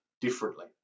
differently